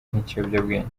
nk’ikiyobyabwenge